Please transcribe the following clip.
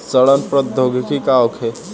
सड़न प्रधौगिकी का होखे?